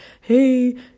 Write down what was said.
hey